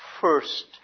first